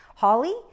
Holly